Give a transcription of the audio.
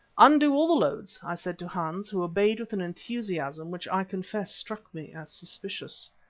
undo all the loads, i said to hans, who obeyed with an enthusiasm which i confess struck me as suspicious.